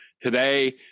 Today